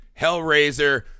Hellraiser